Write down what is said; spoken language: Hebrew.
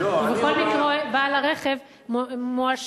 ובכל מקרה בעל הרכב מואשם,